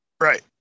Right